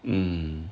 mm